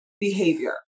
behavior